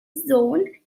zone